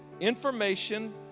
information